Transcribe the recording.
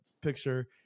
picture